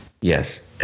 Yes